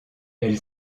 elle